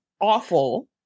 awful